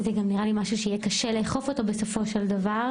זה גם נראה לי משהו שיהיה קשה לאכוף אותו בסופו של דבר.